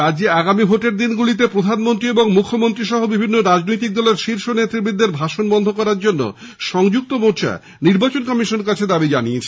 রাজ্যে আগামী ভোটের দিনগুলিতে প্রধানমন্ত্রী ও মুখ্যমন্ত্রীসহ বিভিন্ন রাজনৈতিক দলের শীর্ষ নেতৃবৃন্দের ভাষণ বন্ধ করার জন্য সংযুক্ত মোর্চা নির্বাচন কমিশনের কাছে দাবী জানিয়েছে